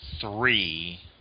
three